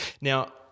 Now